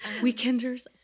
Weekenders